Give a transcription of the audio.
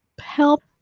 help